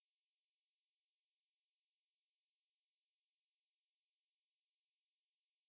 err err depends on your position lah I enjoy the front position so